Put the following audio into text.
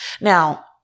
Now